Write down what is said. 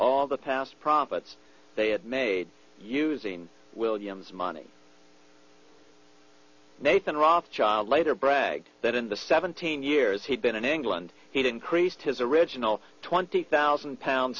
all the past profits they had made using william's money nathan rothschild later bragged that in the seventeen years he'd been in england he didn't creased his original twenty thousand pounds